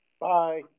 Bye